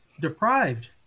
deprived